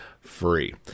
free